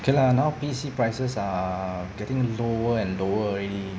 okay lah now P_C prices are getting lower and lower already